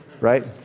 right